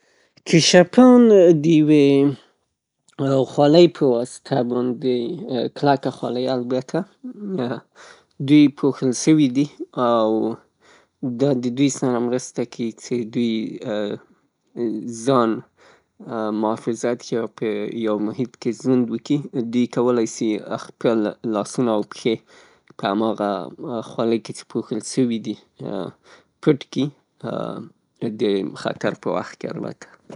چیشکان د یوې خولۍ په واسطه باندې کلکه خولۍ البته دوی پوښل شوي دي او دا د دوی سره مرسته کیي چې دوی ځان محافظت کي او په یو محیط کې ژوند وکي. دوی کولی شي خپل لاسونه او پښې په هماغه خولۍ کې چې پوښل شوي دي پټ کي د خطر په وخت کې البته.